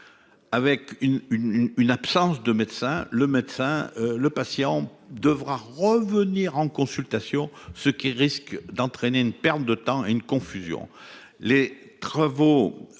une une absence de médecin, le médecin le patient devra revenir en consultation, ce qui risque d'entraîner une perte de temps. Une confusion les travaux